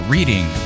Reading